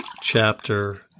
chapter